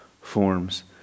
forms